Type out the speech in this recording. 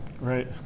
Right